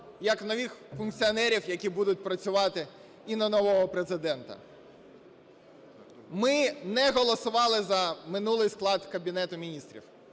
як нових функціонерів, які будуть працювати і на нового Президента. Ми не голосували за минулий склад Кабінету Міністрів.